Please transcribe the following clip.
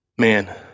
Man